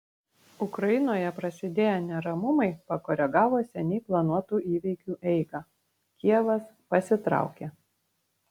ukrainoje prasidėję neramumai pakoregavo seniai planuotų įvykiu eigą kijevas pasitraukė